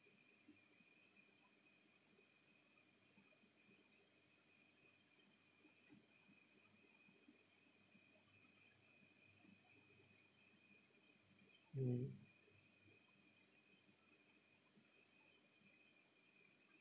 mm